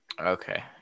Okay